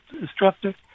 instructor